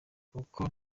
kuko